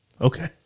Okay